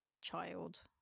child